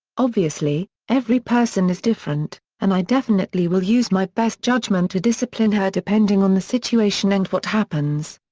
obviously, every person is different, and i definitely will use my best judgement to discipline her depending on the situation and what happens.